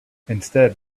instead